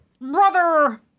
Brother